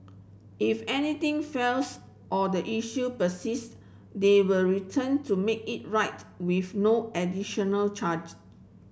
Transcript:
if anything fails or the issue persist they were return to make it right with no additional charge